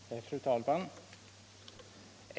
Fru talman!